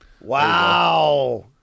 Wow